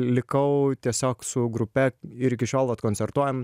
likau tiesiog su grupe ir iki šiol vat koncertuojam